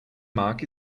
mark